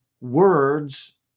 words